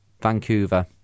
Vancouver